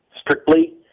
strictly